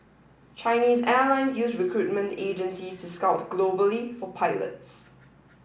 Chinese airline use recruitment agencies to scout globally for pilots